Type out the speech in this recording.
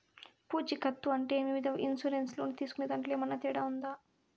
పూచికత్తు అంటే ఏమి? వివిధ ఇన్సూరెన్సు లోను తీసుకునేదాంట్లో ఏమన్నా తేడా ఉందా?